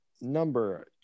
number